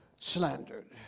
slandered